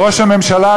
וראש הממשלה,